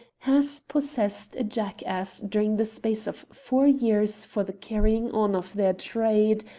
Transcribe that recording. has possessed a jackass during the space of four years for the carrying on of their trade,